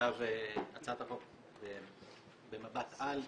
שהצעת החוק במבט על,